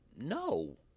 no